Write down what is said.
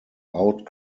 out